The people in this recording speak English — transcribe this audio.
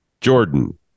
Jordan